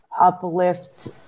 uplift